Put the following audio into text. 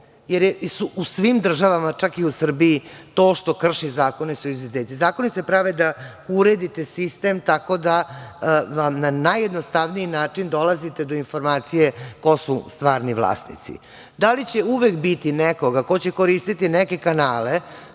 jer je u svim državama čak i u Srbiji to što krši zakone su izuzeci. Zakoni se prave da uredite sistem tako da vam na najjednostavniji način dolazite do informacije ko su stvarni vlasnici. Da li će uvek biti nekoga ko će koristiti neke kanale,